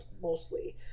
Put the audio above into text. mostly